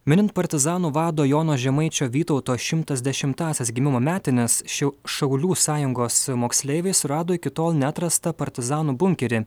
minint partizanų vado jono žemaičio vytauto šimtas dešimąsias gimimo metines šių šaulių sąjungos moksleiviai surado iki tol neatrastą partizanų bunkerį